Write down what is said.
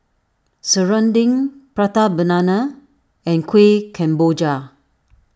Serunding Prata Banana and Kueh Kemboja